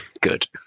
Good